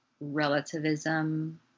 relativism